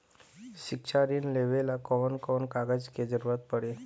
शिक्षा ऋण लेवेला कौन कौन कागज के जरुरत पड़ी?